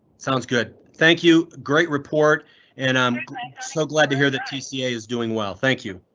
sounds good, thank you, great report and i'm so glad to hear that tca is doing well. thank you.